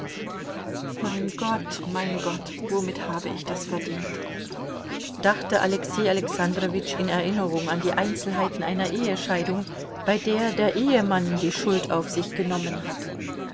mein gott mein gott womit habe ich das verdient dachte alexei alexandrowitsch in erinnerung an die einzelheiten einer ehescheidung bei der der ehemann die schuld auf sich genommen hatte